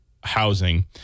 housing